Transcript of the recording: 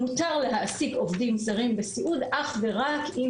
מותר להעסיק עובדים זרים בסיעוד אך ורק אם